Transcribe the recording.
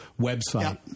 website